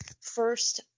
first